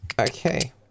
Okay